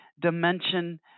dimension